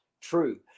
true